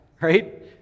right